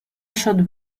should